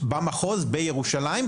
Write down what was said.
טיפולים ודברים אחרים.